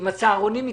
עם הצהרונים התקדמנו.